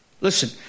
Listen